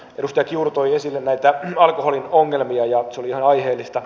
edustaja kiuru toi esille näitä alkoholin ongelmia ja se oli ihan aiheellista